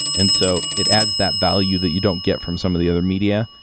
and so, it adds that value that you don't get from some of the other media.